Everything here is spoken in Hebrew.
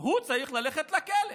הוא צריך ללכת לכלא.